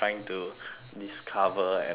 discover and observe